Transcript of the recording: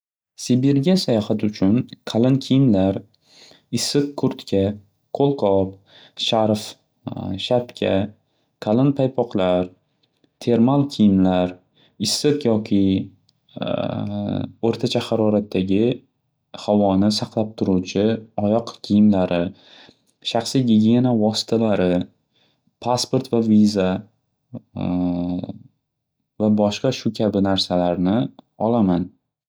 Sibirga sayohat uchun qalin kiyimlar, issiq kurtka, qo'lqop, sharf, shapka, qalin paypoqlar, termol kiyimlar, issiq yoki o'rtacha haroratdagi havoni saqlab turuvchi oyoq kiyimlari, shaxsiy gigiyena vositalari, passport va viza va boshqa shu kabi narsalarni olaman.